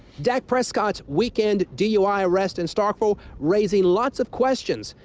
dak prescott's weekend dui arrest in starkville raising lots of questions.